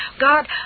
God